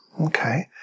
Okay